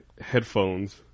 headphones